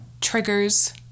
triggers